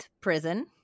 prison